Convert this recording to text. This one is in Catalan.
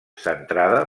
centrada